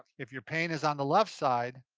if your pain is on the left side,